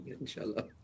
inshallah